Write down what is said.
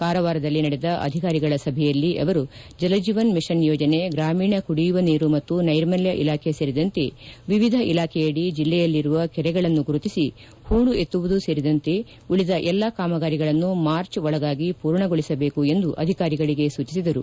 ಕಾರವಾರದಲ್ಲಿ ನಡೆದ ಅಧಿಕಾರಿಗಳ ಸಭೆಯಲ್ಲಿ ಅವರು ಜಲಜೀವನ್ ಮಿಷನ್ ಯೋಜನೆ ಗ್ರಾಮೀಣ ಕುಡಿಯುವ ನೀರು ಮತ್ತು ನೈರ್ಮಲ್ಯ ಇಲಾಖೆ ಸೇರಿದಂತೆ ವಿವಿಧ ಇಲಾಖೆಯಡಿ ಜಿಲ್ಲೆಯಲ್ಲಿರುವ ಕೆರೆಗಳನ್ನು ಗುರುತಿಸಿ ಹೂಳು ಎತ್ತುವುದು ಸೇರಿದಂತೆ ಉಳಿದ ಎಲ್ಲ ಕಾಮಗಾರಿಗಳನ್ನು ಮಾರ್ಚ್ ಒಳಗಾಗಿ ಪೂರ್ಣಗೊಳಿಸಬೇಕು ಎಂದು ಅಧಿಕಾರಿಗಳಿಗೆ ಸೂಚಿಸಿದರು